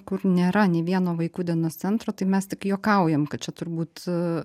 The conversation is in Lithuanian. kur nėra nei vieno vaikų dienos centro tai mes tik juokaujam kad čia turbūt